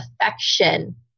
affection